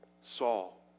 Saul